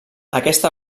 aquesta